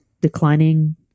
declining